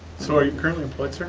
so are you currently employed, sir?